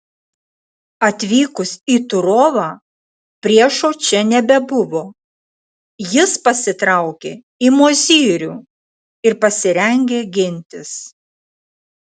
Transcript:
atvykus į turovą priešo čia nebebuvo jis pasitraukė į mozyrių ir pasirengė gintis